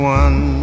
one